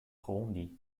randy